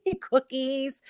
cookies